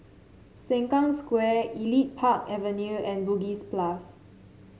Sengkang Square Elite Park Avenue and Bugis Plus